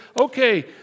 okay